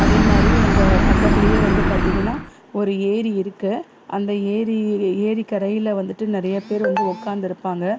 அதே மாதிரி அங்கே பக்கத்துலேயே வந்து பார்த்திங்கன்னா ஒரு ஏரி இருக்குது அந்த ஏரி ஏரிக்கரையில் வந்துட்டு நிறையா பேர் வந்து உட்காந்துருப்பாங்க